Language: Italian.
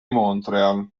montréal